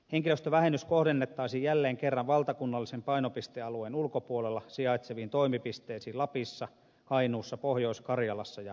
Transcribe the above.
henkilöstövähennys kohdennettaisiin jälleen kerran valtakunnallisen painopistealueen ulkopuolella sijaitseviin toimipisteisiin lapissa kainuussa pohjois karjalassa ja pohjanlahdella